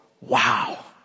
Wow